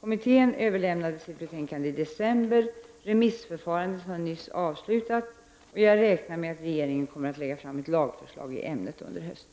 Kommittén överlämnade sitt betänkande i december. Remissförfarandet har nyss avslutats, och jag räknar med att regeringen kommer att lägga fram ett lagförslag i ämnet under hösten.